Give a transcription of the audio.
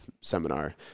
seminar